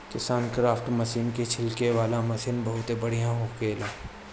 KisanKraft machine के छिड़के वाला मशीन बहुत बढ़िया होएला